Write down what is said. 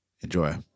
enjoy